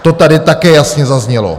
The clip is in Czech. To tady také jasně zaznělo.